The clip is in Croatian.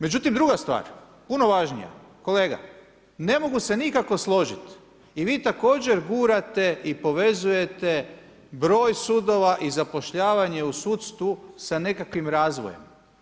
Međutim, druga stvar puno važnija kolega ne mogu se nikako složiti i vi također gurate i povezujete broj sudova i zapošljavanje u sudstvu sa nekakvim razvojem.